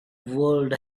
world